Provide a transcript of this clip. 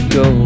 go